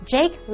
Jake